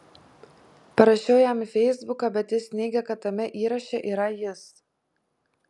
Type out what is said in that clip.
parašiau jam į feisbuką bet jis neigė kad tame įraše yra jis